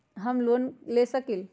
हम लोन ले सकील?